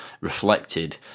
reflected